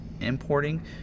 importing